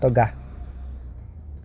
তই গা